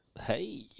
Hey